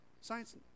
Science